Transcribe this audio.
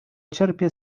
cierpię